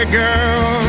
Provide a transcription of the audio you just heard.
girl